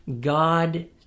God